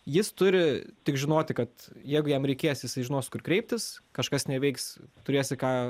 jis turi tik žinoti kad jeigu jam reikės jisai žinos kur kreiptis kažkas neveiks turės į ką